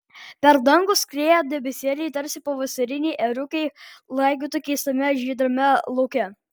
per dangų skrieja debesėliai tarsi pavasariniai ėriukai laigytų keistame žydrame lauke